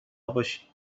باشی